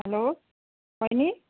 हलो बैनी